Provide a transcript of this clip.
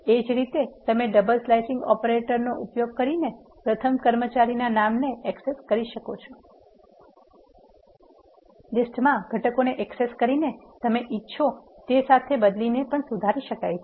એ જ રીતે તમે ડબલ સ્લિસીંગ ઓપરેટર નો ઉપયોગ કરીને પ્રથમ કર્મચારીના નામને એક્સેસ કરી શકો છો લીસ્ટમાં ઘટકોને એક્સેસ કરીને તમે ઇચ્છો તે સાથે બદલીને પણ સુધારી શકાય છે